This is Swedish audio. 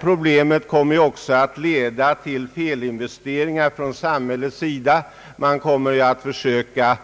Problemet med trafiktopparna kommer också att leda till felinvesteringar från samhällets sida. Man kommer att försöka